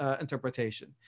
interpretation